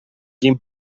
quin